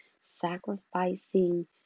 Sacrificing